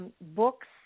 books